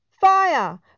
Fire